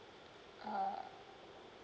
ah